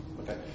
okay